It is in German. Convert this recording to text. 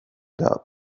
gab